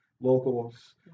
locals